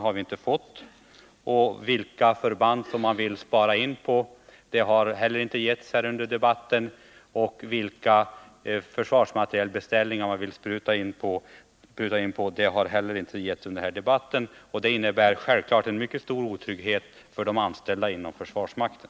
Några uppgifter om vilka förband man vill spara in och vilka försvarsmaterielbeställningar man vill pruta på har inte heller givits under denna debatt. Det innebär självfallet en mycket stor otrygghet för de anställda inom försvarsmakten.